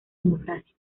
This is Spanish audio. democracia